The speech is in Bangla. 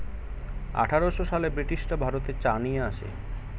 আঠারোশো সালে ব্রিটিশরা ভারতে চা নিয়ে আসে